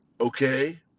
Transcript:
okay